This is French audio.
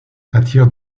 attire